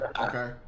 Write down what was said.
Okay